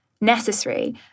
necessary